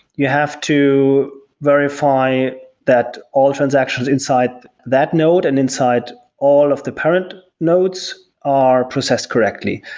you have to verify that all transactions inside that node and inside all of the parent nodes are processed correctly.